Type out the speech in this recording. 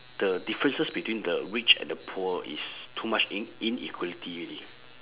the differences between the rich and the poor is too much in~ inequality already